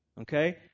Okay